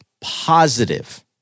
Positive